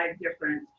different